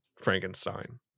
Frankenstein